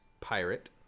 pirate